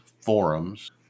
forums